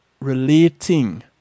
relating